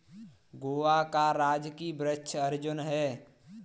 गोवा का राजकीय वृक्ष अर्जुन है